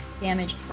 damage